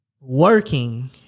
working